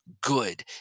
good